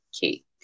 cake